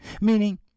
meaning